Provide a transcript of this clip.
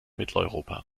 mitteleuropa